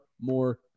more